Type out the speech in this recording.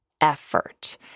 effort